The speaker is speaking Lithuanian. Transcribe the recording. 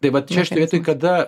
tai va čia šitoj vietoj kada